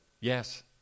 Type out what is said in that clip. Yes